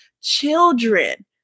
Children